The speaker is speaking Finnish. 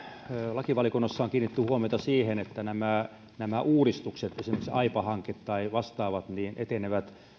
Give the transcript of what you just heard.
lakivaliokunnassa on kiinnitetty huomiota siihen että nämä nämä uudistukset esimerkiksi aipa hanke tai vastaavat etenevät